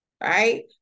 right